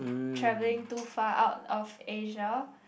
travelling to far out of Asia